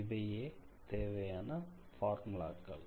இவையே தேவையான பார்முலாக்கள்